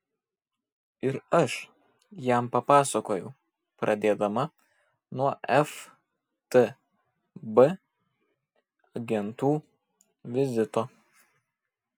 ir aš jam papasakojau pradėdama nuo ftb agentų vizito